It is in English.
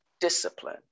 discipline